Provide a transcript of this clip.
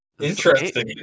Interesting